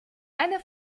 eine